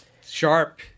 Sharp